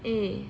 eh